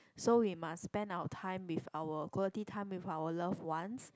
so we must spend our time with our quality time with our love ones